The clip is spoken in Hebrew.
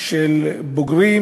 של בוגרים